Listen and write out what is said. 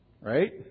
Right